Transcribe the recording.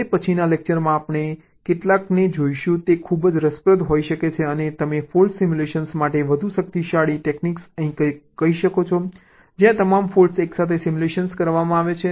હવે પછીના લેક્ચરમાં આપણે કેટલાકને જોઈશું તે ખૂબ જ રસપ્રદ હોઈ શકે છે અને તમે ફોલ્ટ સિમ્યુલેશન માટે વધુ શક્તિશાળી ટેક્નીક્સ કહી શકો છો જ્યાં તમામ ફોલ્ટ્સ એકસાથે સિમ્યુલેટ કરવામાં આવે છે